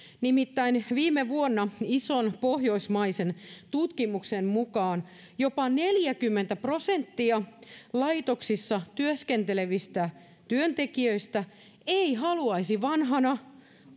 nimittäin viime vuonna ison pohjoismaisen tutkimuksen mukaan jopa neljäkymmentä prosenttia laitoksissa työskentelevistä työntekijöistä ei haluaisi vanhana